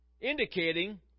Indicating